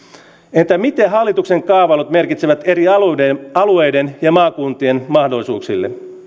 entä mitä hallituksen kaavailut merkitsevät eri alueiden alueiden ja maakuntien kehittymismahdollisuuksille